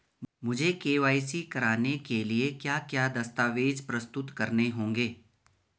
मुझे के.वाई.सी कराने के लिए क्या क्या दस्तावेज़ प्रस्तुत करने होंगे?